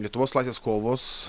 lietuvos laisvės kovos